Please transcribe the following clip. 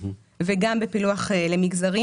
וגם בפילוח למגזרים.